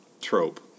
trope